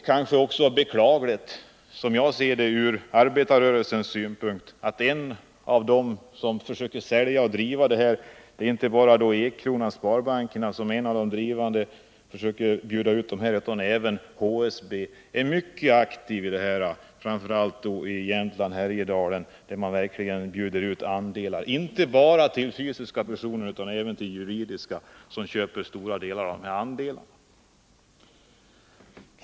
Det är också, som jag ser det, beklagligt ur arbetarrörelsens synpunkt att en av dem som driver denna verksamhet är HSB som är mycket aktivt i Jämtland och Härjedalen, där man bjuder ut andelar inte bara till fysiska personer utan även till juridiska personer, som köper många av dessa andelar. Det är således inte bara Ekkronan/Sparbanken som är en av de drivande på detta område.